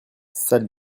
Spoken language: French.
salle